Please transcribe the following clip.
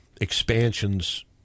expansions